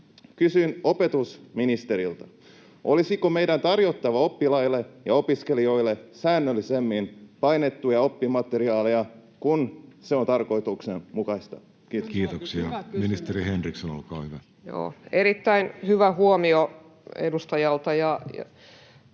Kysyn opetusministeriltä: olisiko meidän tarjottava oppilaille ja opiskelijoille säännöllisemmin painettuja oppimateriaaleja, kun se on tarkoituksenmukaista? — Kiitos. Kiitoksia. — Ministeri Henriksson, olkaa hyvä. Erittäin hyvä huomio edustajalta.